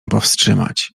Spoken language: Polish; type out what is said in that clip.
powstrzymać